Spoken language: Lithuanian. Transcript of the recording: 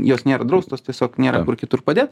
jos nėra draustos tiesiog nėra kur kitur padėt